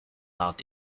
out